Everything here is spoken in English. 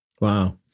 Wow